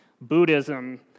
Buddhism